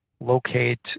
locate